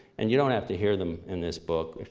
and you don't have to hear them in this book,